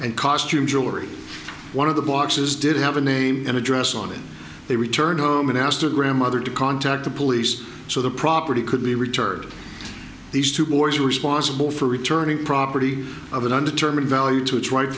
and costume jewelry one of the boxes did have a name and address on it they returned home and asked her grandmother to contact the police so the property could be returned these two boys responsible for returning property of an undetermined value to its right